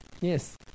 Yes